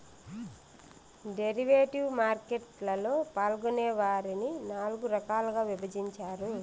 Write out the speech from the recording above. derivative market లలో పాల్గొనే వారిని నాల్గు రకాలుగా విభజించారు